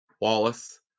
Wallace